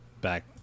back